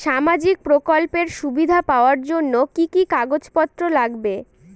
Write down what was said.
সামাজিক প্রকল্পের সুবিধা পাওয়ার জন্য কি কি কাগজ পত্র লাগবে?